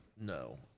No